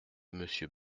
monsieur